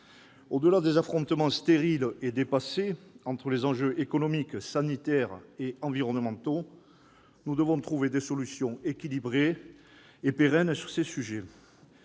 Au-delà des affrontements stériles et dépassés entre les enjeux économiques, sanitaires et environnementaux, nous devons trouver des solutions équilibrées et pérennes sur ces sujets.